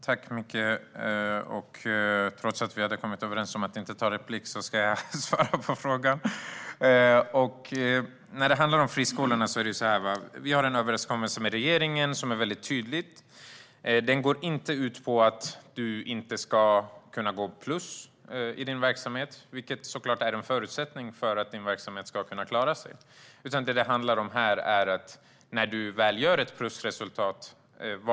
Herr talman! Trots att vi hade kommit överens om att inte ta replik ska jag svara på frågan. När det gäller friskolorna har vi en överenskommelse med regeringen som är väldigt tydlig. Den går inte ut på att du inte ska kunna gå med plus i din verksamhet, vilket såklart är en förutsättning för att din verksamhet ska kunna klara sig, utan vad det handlar om är vart pengarna går när du väl gör ett plusresultat.